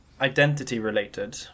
identity-related